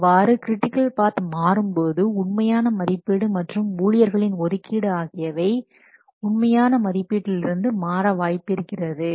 அவ்வாறு critical path மாறும்போது உண்மையான மதிப்பீடு மற்றும் ஊழியர்களின் ஒதுக்கீடு ஆகியவை உண்மையான மதிப்பீட்டில் இருந்து மாற வாய்ப்பிருக்கிறது